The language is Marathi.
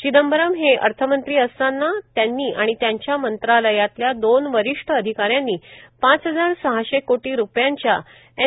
चिदंबरम हे अर्थमंत्री असताना त्यांनी आणि त्यांच्या मंत्रालयातल्या दोन वरिष्ठ अधिकाऱ्यांनी पाच हजार सहाशे कोटी रुपयांच्या एन